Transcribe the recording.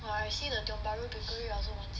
!wah! I see the Tiong Bahru Bakery I also pekchek